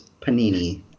Panini